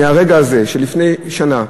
מהרגע הזה שלפני שנה,